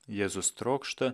jėzus trokšta